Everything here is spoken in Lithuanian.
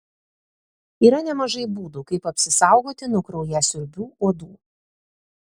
yra nemažai būdų kaip apsisaugoti nuo kraujasiurbių uodų